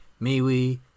MeWe